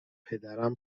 پدرم